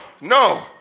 no